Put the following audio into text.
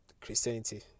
Christianity